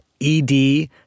ED